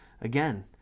again